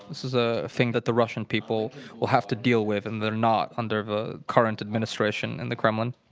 this is a thing that the russian people will have to deal with and they're not under the current administration in the kremlin.